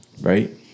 right